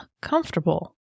comfortable